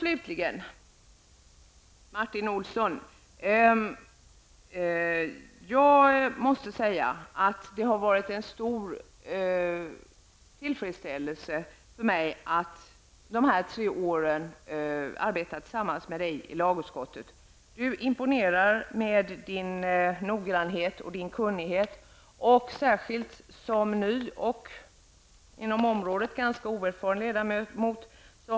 Slutligen vänder jag mig till Martin Olsson. Det har varit mycket tillfredsställande för mig att under de tre senaste åren ha fått arbeta tillsammans med dig i lagutskottet. Du imponerar med din noggrannhet och kunnighet. Själv är jag ju en inom området ganska oerfaren ledamot.